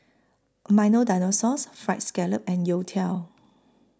Milo Dinosaur Fried Scallop and Youtiao